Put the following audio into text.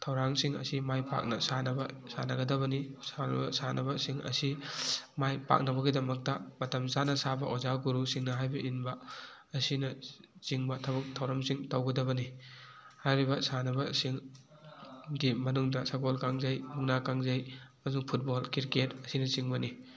ꯊꯧꯔꯥꯡꯁꯤꯡ ꯑꯁꯤ ꯃꯥꯏ ꯄꯥꯛꯅ ꯁꯥꯟꯅꯕ ꯁꯥꯟꯅꯒꯗꯕꯅꯤ ꯁꯥꯟꯅꯔꯣꯏ ꯁꯥꯟꯅꯕꯁꯤꯡ ꯑꯁꯤ ꯃꯥꯏ ꯄꯥꯛꯅꯕꯒꯤꯃꯗꯛꯇ ꯃꯇꯝ ꯆꯥꯅ ꯆꯥꯕ ꯑꯣꯖꯥ ꯒꯨꯔꯨꯁꯤꯡꯅ ꯍꯥꯏꯕ ꯏꯟꯕ ꯑꯁꯤꯅꯆꯤꯡ ꯊꯕꯛ ꯊꯔꯝꯁꯤꯡ ꯇꯧꯒꯗꯕꯅꯤ ꯍꯥꯏꯔꯤꯕ ꯁꯥꯟꯅꯕꯁꯤꯡ ꯒꯤ ꯃꯅꯨꯡꯗ ꯁꯒꯣꯜ ꯀꯥꯡꯖꯩ ꯃꯨꯛꯅꯥ ꯀꯥꯡꯖꯩ ꯑꯗꯨꯒ ꯐꯨꯠꯕꯣꯜ ꯀ꯭ꯔꯤꯛꯀꯦꯠ ꯑꯁꯤꯅꯆꯤꯡꯕꯅꯤ